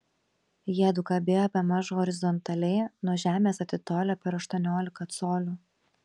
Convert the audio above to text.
jiedu kabėjo bemaž horizontaliai nuo žemės atitolę per aštuoniolika colių